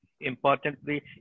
importantly